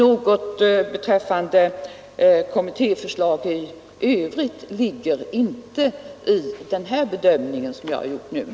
Med den bedömningen har jag inte sagt någonting beträffande kommittéförslag i allmänhet.